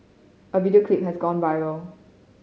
a video clip has gone viral